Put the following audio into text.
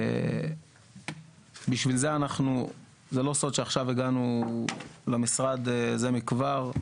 זה לא סוד שעכשיו הגענו למשרד זה מכבר,